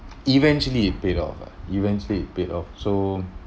eventually it paid off ah eventually it paid off so